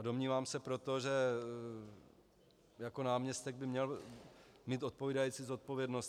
Domnívám se proto, že jako náměstek by měl mít také odpovídající zodpovědnost.